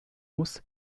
muss